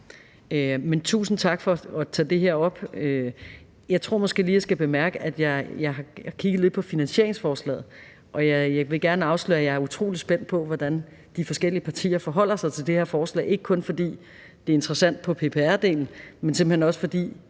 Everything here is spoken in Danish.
tusind tak for at tage det her op. Jeg tror måske lige, jeg skal bemærke, at jeg har kigget på finansieringsforslaget, og jeg vil gerne afsløre, at jeg er utrolig spændt på, hvordan de forskellige partier forholder sig til det her forslag, ikke kun fordi det er interessant på PPR-delen, men simpelt hen også, fordi